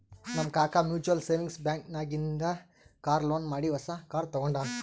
ನಮ್ ಕಾಕಾ mutual savings bank ನಾಗಿಂದೆ ಕಾರ್ ಲೋನ್ ಮಾಡಿ ಹೊಸಾ ಕಾರ್ ತಗೊಂಡಾನ್